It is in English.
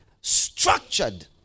structured